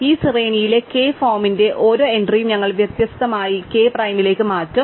അതിനാൽ ഈ ശ്രേണിയിലെ k ഫോമിന്റെ ഓരോ എൻട്രിയും ഞങ്ങൾ വ്യവസ്ഥാപിതമായി k പ്രൈമിലേക്ക് മാറ്റും